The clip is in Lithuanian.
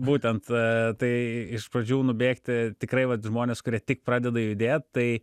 būtent tai iš pradžių nubėgti tikrai vat žmonės kurie tik pradeda judėt tai